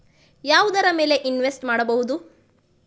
ಯಾವುದರ ಮೇಲೆ ಇನ್ವೆಸ್ಟ್ ಮಾಡಬಹುದು?